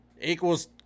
Equals